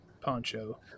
poncho